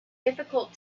difficult